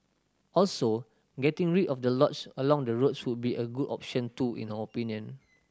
also getting rid of the lots along the roads would be a good option too in our opinion